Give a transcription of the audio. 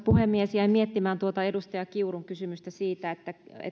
puhemies jäin miettimään tuota edustaja kiurun kysymystä siitä